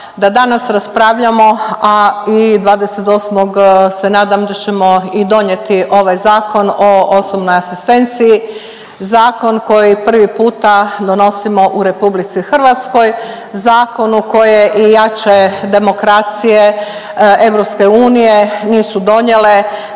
da danas raspravljamo, a i 28. se nadam da ćemo i donjeti ovaj Zakon o osobnoj asistenciji, zakon koji prvi puta donosimo u RH, zakonu koje i jače demokracije EU nisu donijele